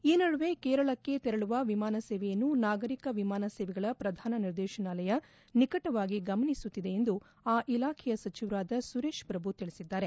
ಈ ನಡುವೆ ಕೇರಳಕ್ಕೆ ತರಳುವ ವಿಮಾನ ಸೇವೆಯನ್ನು ನಾಗರಿಕ ವಿಮಾನ ಸೇವೆಗಳ ಪ್ರಧಾನ ನಿರ್ದೇಶನಾಲಯ ನಿಕಟವಾಗಿ ಗಮನಿಸುತ್ತಿದೆ ಎಂದು ಆ ಇಲಾಖೆಯ ಸಚಿವರಾದ ಸುರೇಶ್ ಪ್ರಭು ತಿಳಿಸಿದ್ದಾರೆ